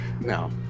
no